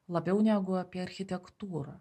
labiau negu apie architektūrą